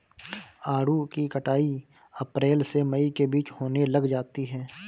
आड़ू की कटाई अप्रैल से मई के बीच होने लग जाती है